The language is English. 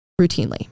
routinely